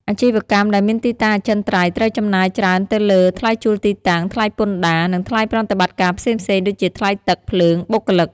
អាជីវកម្មដែលមានទីតាំងអចិន្ត្រៃយ៍ត្រូវចំណាយច្រើនទៅលើ ថ្លៃជួលទីតាំង ថ្លៃពន្ធដារ និងថ្លៃប្រតិបត្តិការផ្សេងៗ ដូចជាថ្លៃទឹក ភ្លើង បុគ្គលិក។